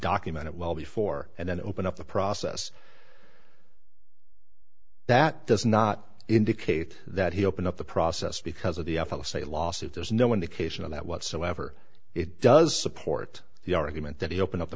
documented well before and then open up the process that does not indicate that he opened up the process because of the f s a lawsuit there's no indication of that whatsoever it does support the argument that he opened up the